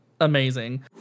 amazing